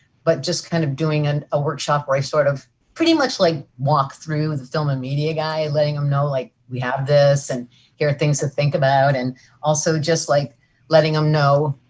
but just kind of doing and a workshop where i short sort of pretty much like walk through the film and media guy letting them know like we have this and here are things to think about, and also just like letting them know,